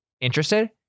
Interested